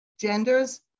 genders